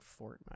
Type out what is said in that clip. fortnite